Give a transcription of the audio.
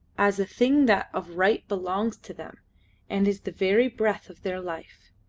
as a thing that of right belongs to them and is the very breath of their life.